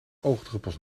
oogdruppels